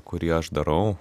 kurį aš darau